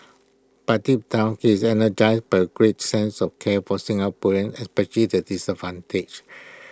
but deep down he is energised by A great sense of care for Singaporeans especially the disadvantaged